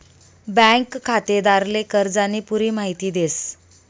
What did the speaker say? bank खातेदारले कर्जानी पुरी माहिती देस